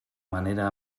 manera